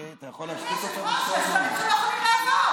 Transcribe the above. אתה לא תקרא לקצין צה"ל קלגס.